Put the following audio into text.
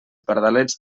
pardalets